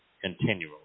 continually